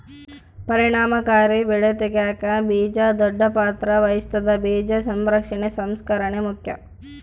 ಪರಿಣಾಮಕಾರಿ ಬೆಳೆ ತೆಗ್ಯಾಕ ಬೀಜ ದೊಡ್ಡ ಪಾತ್ರ ವಹಿಸ್ತದ ಬೀಜ ಸಂರಕ್ಷಣೆ ಸಂಸ್ಕರಣೆ ಮುಖ್ಯ